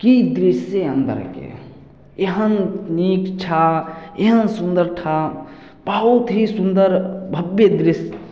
की दृश्य हइ अन्दरके एहन नीक था एहन सुन्दर था बहुत ही सुन्दर भव्य दृश्य